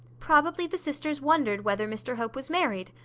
probably the sisters wondered whether mr hope was married,